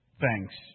thanks